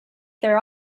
their